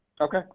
Okay